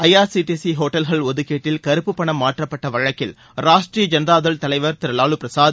ஐ R C T C ஓட்டல்கள் ஒதுக்கீட்டில் கருப்பு பணம் மாற்றப்பட்ட வழக்கில் ராஷ்ட்ரிய ஜனதாதள் தலைவர் திரு வாலு பிரசாத்